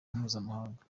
mpuzamahanga